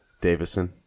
Davison